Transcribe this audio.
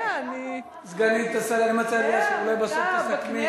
לאה, סגנית השר, אני מציע, לאה, שאולי בסוף תסכמי.